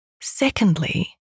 Secondly